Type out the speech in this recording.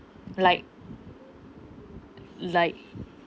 like like